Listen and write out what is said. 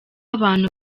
abantu